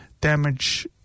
damage